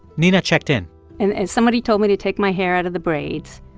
nina checked in and and somebody told me to take my hair out of the braids.